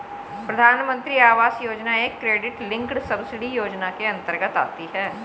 प्रधानमंत्री आवास योजना एक क्रेडिट लिंक्ड सब्सिडी योजना के अंतर्गत आती है